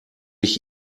ich